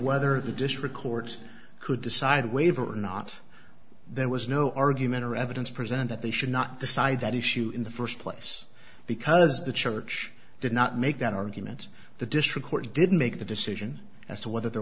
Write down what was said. whether the district courts could decide waiver or not there was no argument or evidence presented they should not decide that issue in the first place because the church did not make that argument the district court didn't make the decision as to whether there